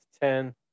ten